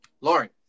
Lauren